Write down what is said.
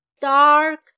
dark